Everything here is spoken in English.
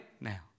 now